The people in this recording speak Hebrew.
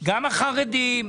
גם החרדים,